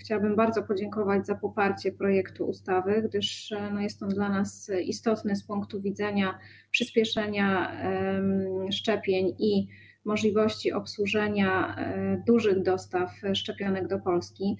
chciałabym bardzo podziękować za poparcie projektu ustawy, gdyż jest to dla nas istotne z punktu widzenia przyspieszenia szczepień i możliwości obsłużenia dużych dostaw szczepionek do Polski.